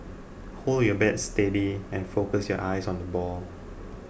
hold your bat steady and focus your eyes on the ball